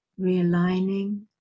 realigning